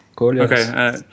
Okay